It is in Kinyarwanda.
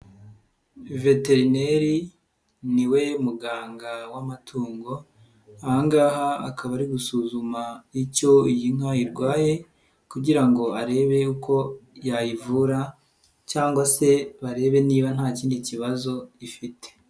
Veterineri ni we muganga w'amatungo, aha ngaha akaba ari gusuzuma icyo iyi nka irwaye kugira ngo arebe yuko yayivura cyangwa se barebe niba nta kindi kibazo ifite.